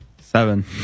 Seven